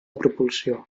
propulsió